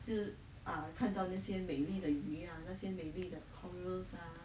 就 ah 看到那些美丽的鱼 ah 那些美丽的 corals ah